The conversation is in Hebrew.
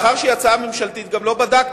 מאחר שהיא הצעה ממשלתית גם לא בדקתי.